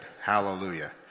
Hallelujah